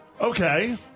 Okay